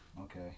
Okay